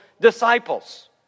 disciples